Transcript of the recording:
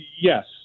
yes